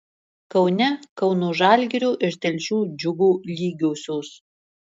kaune kauno žalgirio ir telšių džiugo lygiosios